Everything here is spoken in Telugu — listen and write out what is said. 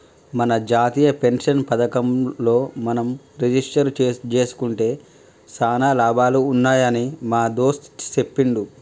మన జాతీయ పెన్షన్ పథకంలో మనం రిజిస్టరు జేసుకుంటే సానా లాభాలు ఉన్నాయని మా దోస్త్ సెప్పిండు